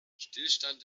stillstand